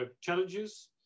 challenges